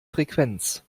frequenz